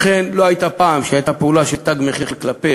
לכן, לא הייתה פעם שהייתה פעולה של "תג מחיר" כלפי